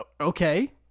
Okay